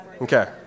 Okay